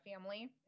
family